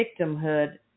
victimhood